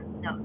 no